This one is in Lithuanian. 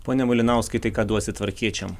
pone malinauskai tai ką duosit tvarkiečiam